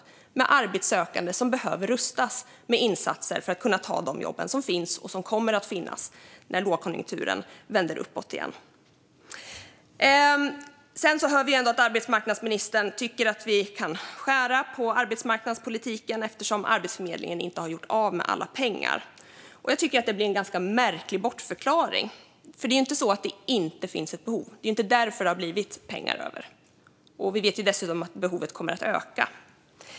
Jag trodde att vi var överens om det. Vi har arbetssökande som behöver rustas med insatser för att kunna ta de jobb som finns och som kommer att finnas när lågkonjunkturen vänder uppåt igen. Sedan hör vi att arbetsmarknadsministern tycker att vi kan skära ned på arbetsmarknadspolitiken eftersom Arbetsförmedlingen inte har gjort av med alla pengar. Jag tycker att det blir en ganska märklig bortförklaring. Det är ju inte så att det inte finns ett behov. Det är ju inte därför det har blivit pengar över. Vi vet dessutom att behovet kommer att öka.